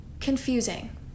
confusing